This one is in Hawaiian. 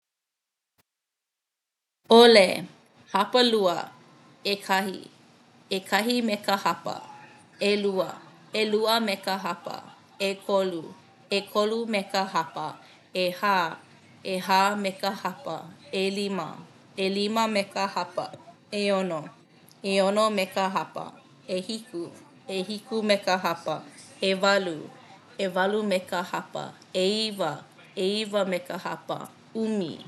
ʻOle, hapalua, ʻekahi, ʻekahi me ka hapa, ʻelua, ʻelua me ka hapa, ʻekolu, ʻekolu me ka hapa, ʻehā, ʻehā me ka hapa, ʻelima, ʻelima me ka hapa, ʻeono, ʻeono me ka hapa, ʻehiku, ʻehiku me ka hapa, ʻewalu, ʻewalu me ka hapa, ʻeiwa, ʻeiwa me ka hapa, ʻumi.